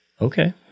okay